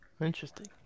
Interesting